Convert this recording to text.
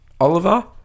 Oliver